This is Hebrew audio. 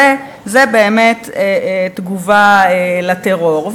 זה באמת תגובה על טרור.